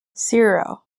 zero